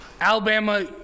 Alabama